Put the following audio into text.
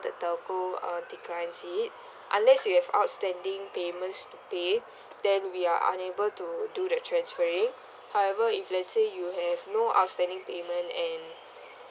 the telco uh declines it unless you have outstanding payments to pay then we are unable to do the transferring however if let's say you have no outstanding payment and